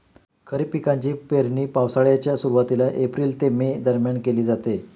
खरीप पिकांची पेरणी पावसाळ्याच्या सुरुवातीला एप्रिल ते मे दरम्यान केली जाते